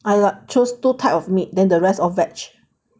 I choose two type of meat than the rest of veg~